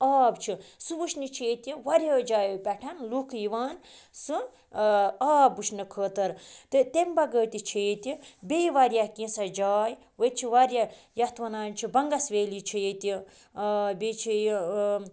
آب چھُ سُہ وٕچھنہِ چھِ ییٚتہِ واریاہو جایو پٮ۪ٹھ لُکھ یِوان سُہ آب وٕچھنہٕ خٲطرٕ تہٕ تمہِ بَغٲر تہِ چھِ ییٚتہِ بیٚیہِ واریاہ کیںٛژاہ جاے ییٚتہِ چھِ واریاہ یَتھ وَنان چھِ بنٛگَس ویلی چھِ ییٚتہِ بیٚیہِ چھِ یہِ